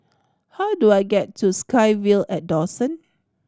how do I get to SkyVille at Dawson